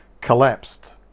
collapsed